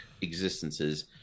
existences